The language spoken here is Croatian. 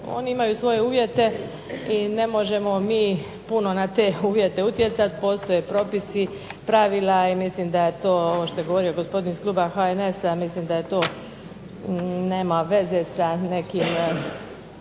Oni imaju svoje uvjete i ne možemo mi puno na te uvjete utjecati, postoje propisi, pravila, i mislim da je to ovo što je govorio gospodin iz kluba HNS-a, mislim da je to nema veze sa nekim